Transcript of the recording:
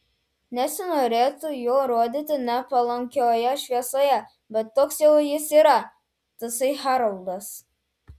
nesinorėtų jo rodyti nepalankioje šviesoje bet toks jau jis yra tasai haroldas